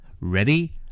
Ready